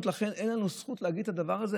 ולכן אין לנו זכות להגיד את הדבר הזה?